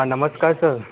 હા નમસ્કાર સર